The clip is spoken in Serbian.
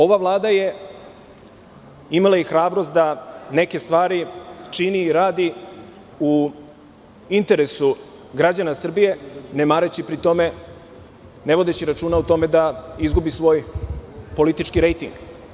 Ova Vlada je imala i hrabrost da neke stvari čini i radi u interesu građana Srbije, ne mareći pri tome, ne vodeći računa o tome da izgubi svoj politički rejting.